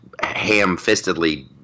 ham-fistedly